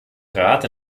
rat